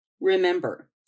Remember